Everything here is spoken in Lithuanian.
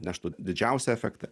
neštų didžiausią efektą